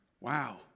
wow